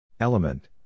Element